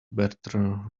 better